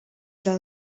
del